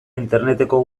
interneteko